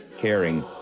caring